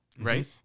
Right